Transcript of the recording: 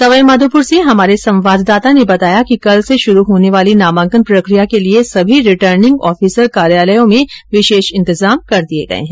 सवाईमाधोपुर से हमारे संवाददाता ने बताया कि कल से शुरू होने वाली नामांकन प्रक्रिया के लिए सभी रिटर्निंग ऑफिसर कार्यालयों में विशेष इंतजाम किए गए हैं